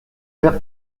faire